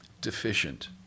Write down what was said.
deficient